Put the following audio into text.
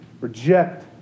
reject